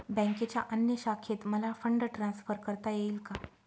बँकेच्या अन्य शाखेत मला फंड ट्रान्सफर करता येईल का?